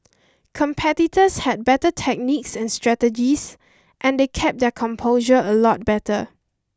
competitors had better techniques and strategies and they kept their composure a lot better